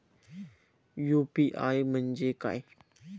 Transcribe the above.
UPI म्हणजे काय?